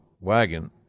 wagon